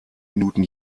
minuten